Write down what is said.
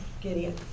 Gideon